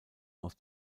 aus